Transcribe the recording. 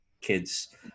Kids